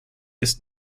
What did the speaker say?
ist